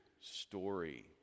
story